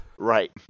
Right